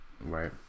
Right